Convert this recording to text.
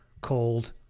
called